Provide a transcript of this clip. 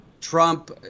Trump